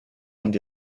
und